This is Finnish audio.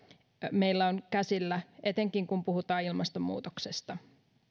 meillä on käsillä etenkin kun puhutaan ilmastonmuutoksesta